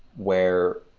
where,